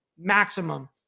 maximum